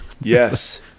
Yes